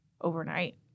overnight